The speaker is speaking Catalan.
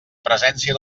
presència